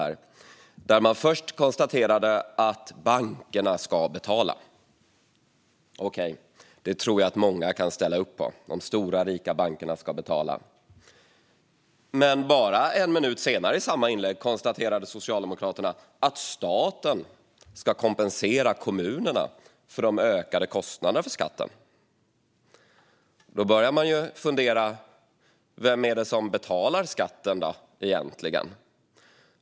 Först konstaterade Socialdemokraterna att bankerna ska betala. Okej - det tror jag att många kan ställa upp på. De stora, rika bankerna ska betala. Men bara en minut senare i samma anförande konstaterade Socialdemokraterna att staten ska kompensera kommunerna för de ökade kostnaderna för skatten. Då börjar man ju fundera: Vem är det som betalar skatten egentligen?